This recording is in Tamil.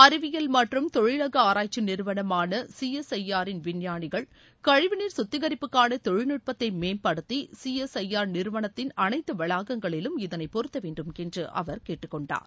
அறிவியல் மற்றும் தொழிலக ஆராய்ச்சி நிறுவனமான சிஎஸ்ஐஆரின் விஞ்ஞானிகள் கழிவுநீர் கத்திகரிப்புக்கான தொழில்நுட்பத்தை மேம்படுத்தி சிஎஸ்ஐஆர் நிறுவனத்தின் அனைத்து வளாகங்களிலும் இதனைப் பொருத்த வேண்டும் என்று அவர் கேட்டுக்கொண்டார்